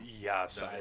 Yes